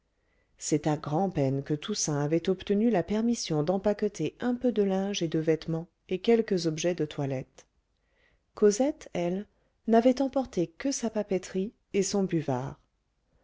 c'est à grand'peine que toussaint avait obtenu la permission d'empaqueter un peu de linge et de vêtements et quelques objets de toilette cosette elle n'avait emporté que sa papeterie et son buvard